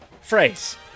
Phrase